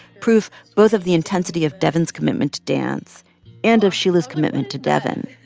proof both of the intensity of devyn's commitment to dance and of sheila's commitment to devyn.